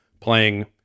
playing